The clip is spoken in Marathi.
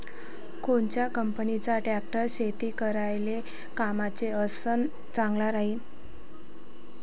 कोनच्या कंपनीचा ट्रॅक्टर शेती करायले कामाचे अन चांगला राहीनं?